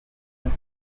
and